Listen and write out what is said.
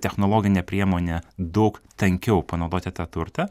technologinė priemonė daug tankiau panaudoti tą turtą